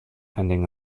ending